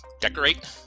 decorate